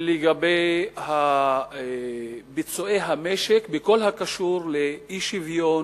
לגבי ביצועי המשק בכל הקשור לאי-שוויון,